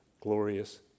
glorious